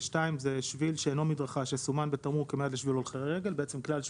2. שביל שאינו מדרכה שסומן בתמרור כמיועד לשביל הולך רגל,